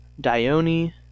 Dione